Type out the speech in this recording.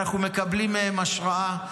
אנחנו מקבלים מהם השראה.